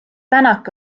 tänak